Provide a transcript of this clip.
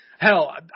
Hell